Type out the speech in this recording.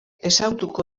ezagutuko